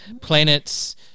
planets